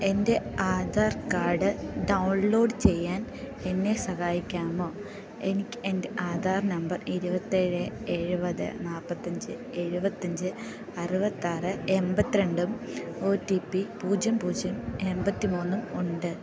എൻറ്റെ ആധാർക്കാഡ് ഡൗൺലോഡ് ചെയ്യാൻ എന്നെ സഹായിക്കാമോ എനിക്ക് എൻറ്റെ ആധാർ നമ്പർ ഇരുപത്തേഴ് എഴുപത് നാൽപ്പത്തഞ്ച് എഴുപത്തഞ്ച് അറുപത്താറ് എമ്പത്തിരണ്ടും ഒ റ്റി പ്പി പൂജ്യം പൂജ്യം എമ്പത്തിമൂന്നും ഉണ്ട്